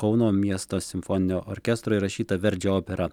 kauno miesto simfoninio orkestro įrašyta verdžio opera